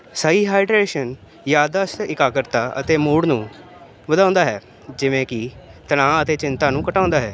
ਸਹੀ ਹਾਈਡਰੇਸ਼ਨ ਯਾਦਾਸ਼ਤ ਇਕਾਗਰਤਾ ਅਤੇ ਮੂੜ ਨੂੰ ਵਧਾਉਂਦਾ ਹੈ ਜਿਵੇਂ ਕਿ ਤਣਾਅ ਅਤੇ ਚਿੰਤਾ ਨੂੰ ਘਟਾਉਂਦਾ ਹੈ